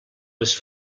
les